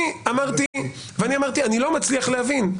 אני אמרתי שאני לא מצליח להבין.